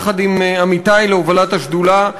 יחד עם עמיתי להובלת השדולה,